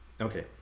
Okay